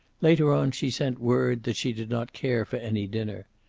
later on she sent word that she did not care for any dinner,